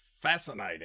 fascinating